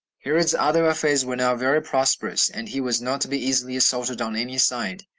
herod's other affairs were now very prosperous, and he was not to be easily assaulted on any side.